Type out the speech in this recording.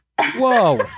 Whoa